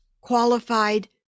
qualified